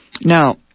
Now